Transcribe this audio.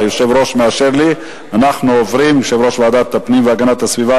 יושב-ראש ועדת הפנים והגנת הסביבה